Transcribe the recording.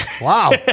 wow